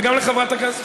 וגם לחברת הכנסת,